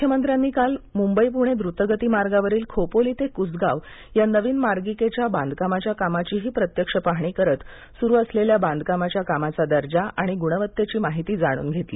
मुख्यमंत्र्यांनी काल मुंबई पुणे द्र्तगती मार्गावरील खोपोली ते कुसगाव या नवीन मार्गिकेच्या बांधकामाच्या कामाची प्रत्यक्ष पाहणी करत सुरु असलेल्या बांधकामाच्या कामाचा दर्जा आणि गुणवत्तेची माहिती जाणून घेतली